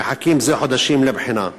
המחכים זה חודשים לבחינה,